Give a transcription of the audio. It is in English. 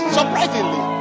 Surprisingly